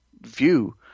view